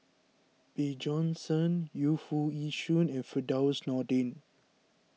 Bjorn Shen Yu Foo Yee Shoon and Firdaus Nordin